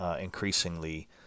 increasingly